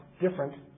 different